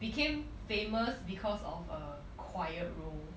became famous because of a quiet role